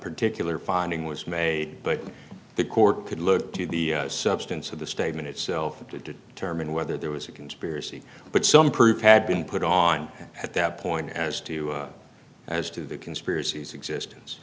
particular finding was made but the court could look to the substance of the statement itself to determine whether there was a conspiracy but some proof had been put on at that point as to as to the conspiracies existence